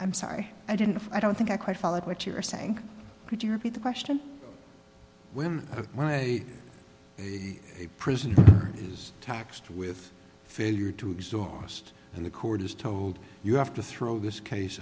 i'm sorry i didn't i don't think i quite follow what you're saying could you repeat the question when my prison is taxed with failure to exhaust and the court is told you have to throw this case